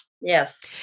Yes